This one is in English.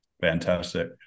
Fantastic